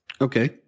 Okay